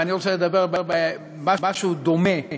ואני רוצה לדבר על משהו דומה,